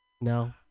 No